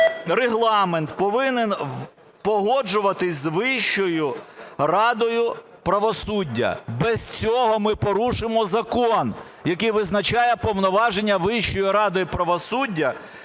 Регламент, повинні погоджуватися з Вищою радою правосуддя. Без цього ми порушимо закон, який визначає повноваження Вищої ради правосуддя